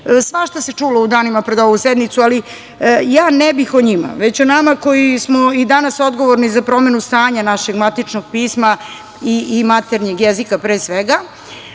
Svašta se čulo u danima pred ovu sednicu. Ja ne bih o njima, već o nama koji smo i danas odgovorni za promenu stanja našeg matičnog pisma i maternjeg jezika.